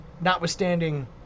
notwithstanding